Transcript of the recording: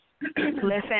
Listen